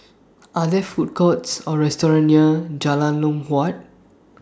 Are There Food Courts Or restaurants near Jalan Huat